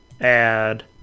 add